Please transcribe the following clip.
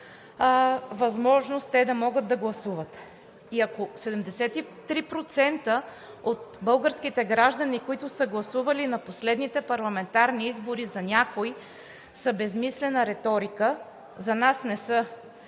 възможност да могат да гласуват. И ако 73% от българските граждани, които са гласували на последните парламентарни избори, за някой са безсмислена реторика, за нас не са